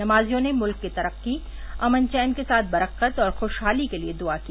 नमाजियों ने मुल्क की तरक्की अमनचैन के साथ बरक्कत और खुशहाली के लिए दुआ की